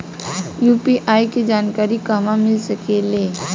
UPI के जानकारी कहवा मिल सकेले?